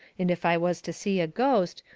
and if i was to see a ghost,